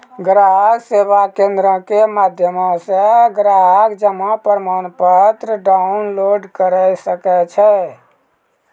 ग्राहक सेवा केंद्रो के माध्यमो से ग्राहक जमा प्रमाणपत्र डाउनलोड करे सकै छै